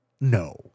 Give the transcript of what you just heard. No